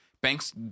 banks